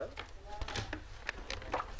הישיבה נעולה.